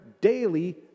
daily